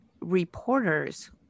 reporters